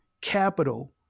capital